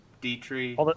Dietrich